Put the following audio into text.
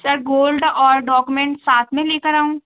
sir gold और document साथ में लेकर आऊँ